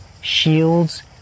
shields